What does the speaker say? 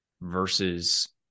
versus